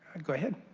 go ahead.